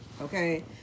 Okay